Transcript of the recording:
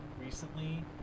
recently